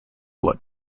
blood